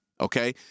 Okay